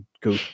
go